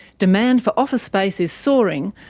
demand for office space is soaring,